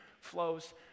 flows